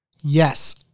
Yes